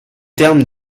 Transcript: terme